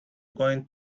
going